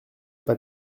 pas